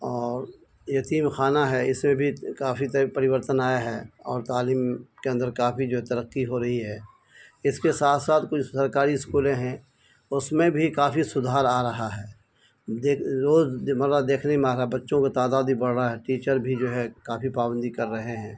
اور یتیم خانہ ہے اس میں بھی کافی پریورتن آیا ہے اور تعلیم کے اندر کافی جو ہے ترقی ہو رہی ہے اس کے ساتھ ساتھ کچھ سرکاری اسکولیں ہیں اس میں بھی کافی سدھار آ رہا ہے دیکھ روز مرہ دیکھنے میں آ رہا ہے بچوں کو تعداد بھی بڑھ رہا ہے ٹیچر بھی جو ہے کافی پابندی کر رہے ہیں